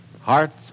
Hearts